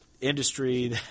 industry